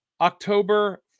October